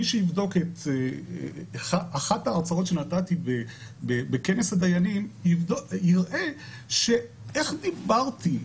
מי שיבדוק את אחת ההרצאות שנתתי בכנס הדיינים יראה איך דיברתי,